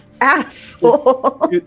Asshole